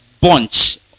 Bunch